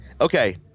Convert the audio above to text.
Okay